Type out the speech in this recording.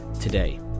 today